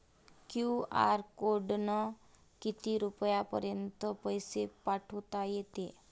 QR कोडनं किती रुपयापर्यंत पैसे पाठोता येते?